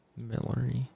Millery